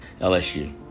LSU